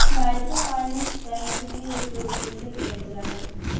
Microfinance bank के उपयोग कइसे कइल जाला?